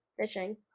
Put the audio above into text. fishing